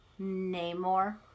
Namor